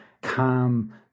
calm